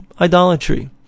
idolatry